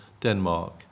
Denmark